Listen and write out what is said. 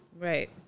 Right